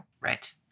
Right